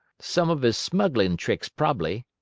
some of his smugglin' tricks, prob'ly.